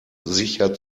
sicher